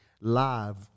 live